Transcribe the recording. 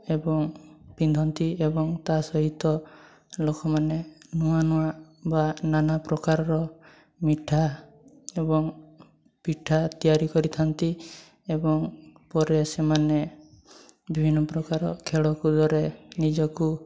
ଏବଂ ପିନ୍ଧନ୍ତି ଏବଂ ତା'ସହିତ ଲୋକମାନେ ନୂଆ ନୂଆ ବା ନାନା ପ୍ରକାରର ମିଠା ଏବଂ ପିଠା ତିଆରି କରିଥାନ୍ତି ଏବଂ ପରେ ସେମାନେ ବିଭିନ୍ନ ପ୍ରକାର ଖେଳକୁଦରେ ନିଜକୁ